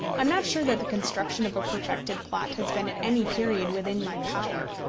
i am not sure that the construction of a perfected plot has been at any period within my power.